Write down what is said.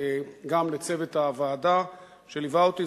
וגם לצוות הוועדה שליווה אותי,